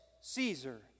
Caesar